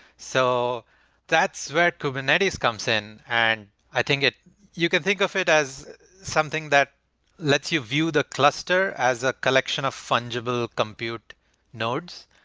so that's where kubernetes comes in, and i think you can think of it as something that lets you view the cluster as a collection of fungible compute nodes,